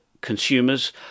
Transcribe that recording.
consumers